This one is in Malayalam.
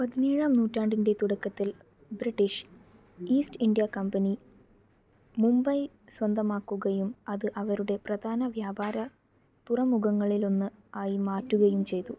പതിനേഴാം നൂറ്റാണ്ടിൻ്റെ തുടക്കത്തിൽ British east India company Mumbai സ്വന്തമാക്കുകയും അത് അവരുടെ പ്രധാന വ്യാപാര തുറമുഖങ്ങളിലൊന്ന് ആയി മാറ്റുകയും ചെയ്തു